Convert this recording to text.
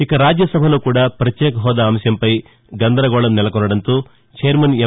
ఇక రాజ్య సభలో కూడా పత్యేక హెూదా అంశం పై గందరగోళం నెలకొనడంతో చైర్మన్ ఎం